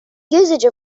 usage